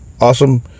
awesome